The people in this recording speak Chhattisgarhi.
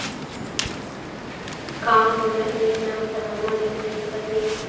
का मोला एक लाख सालाना ऋण मिल सकथे?